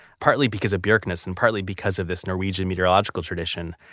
partly because of bjerknes and partly because of this norwegian meteorological tradition.